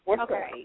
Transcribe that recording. Okay